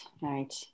right